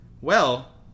Well